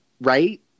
right